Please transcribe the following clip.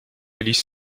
liste